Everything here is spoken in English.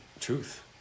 truth